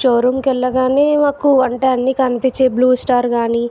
showroom కెళ్ళగానే మాకు అంటే అన్ని కనిపించే బ్లూ స్టార్ కానీ